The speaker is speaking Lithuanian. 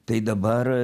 tai dabar